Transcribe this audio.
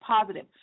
positive